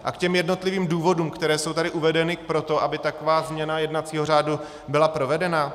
A k těm jednotlivým důvodům, které jsou tady uvedeny pro to, aby taková změna jednacího řádu byla provedena.